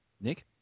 Nick